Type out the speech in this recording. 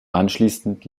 anschließend